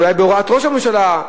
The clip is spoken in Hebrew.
ואולי בהוראת ראש הממשלה,